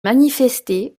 manifestée